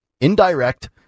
indirect